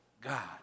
god